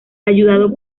ayudado